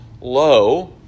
low